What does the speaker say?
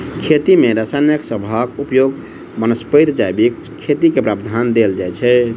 खेती मे रसायन सबहक उपयोगक बनस्पैत जैविक खेती केँ प्रधानता देल जाइ छै